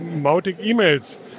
Mautic-E-Mails